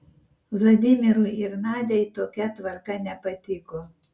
vladimirui ir nadiai tokia tvarka nepatiko